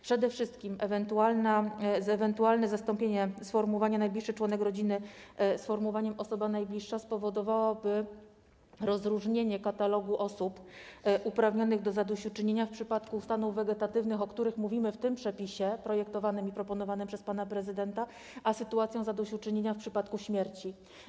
Przede wszystkim ewentualne zastąpienie sformułowania „najbliższy członek rodziny” sformułowaniem „osoba najbliższa” spowodowałoby rozróżnienie katalogu osób uprawnionych do zadośćuczynienia w przypadku stanów wegetatywnych, o których mówimy w tym przepisie, projektowanym i proponowanym przez pana prezydenta, a sytuacją zadośćuczynienia w przypadku śmierci.